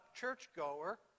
churchgoer